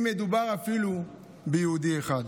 אם מדובר אפילו ביהודי אחד.